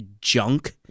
junk